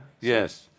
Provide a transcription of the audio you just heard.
Yes